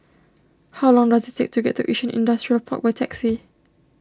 how long does it take to get to Yishun Industrial Park by taxi